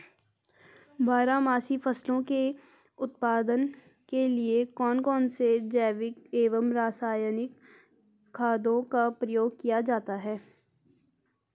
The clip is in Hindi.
बारहमासी फसलों के उत्पादन के लिए कौन कौन से जैविक एवं रासायनिक खादों का प्रयोग किया जाता है?